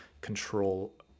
control